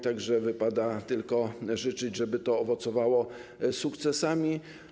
Tak że wypada tylko życzyć, żeby to owocowało sukcesami.